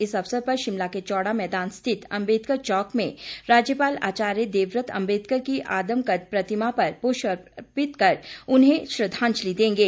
इस अवसर पर शिमला के चौड़ा मैदान स्थित अम्बेदकर चौक में राज्यपाल आचार्य देवव्रत अम्बेदकर की आदम कद प्रतिमा पर पुष्प अर्पित कर उन्हें श्रद्वाजंलि देंगे